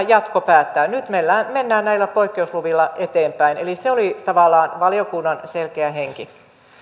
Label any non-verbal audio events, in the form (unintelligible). (unintelligible) jatko päättää nyt mennään näillä poikkeusluvilla eteenpäin eli se oli tavallaan valiokunnan selkeä henki